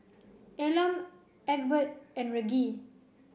Elam Egbert and Reggie